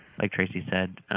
like tracey said,